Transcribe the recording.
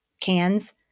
cans